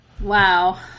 Wow